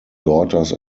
daughters